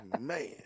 Man